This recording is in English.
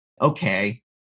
okay